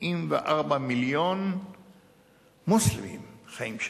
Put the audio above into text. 74 מיליון מוסלמים חיים שם.